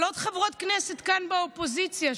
אבל עוד חברות כנסת כאן באופוזיציה,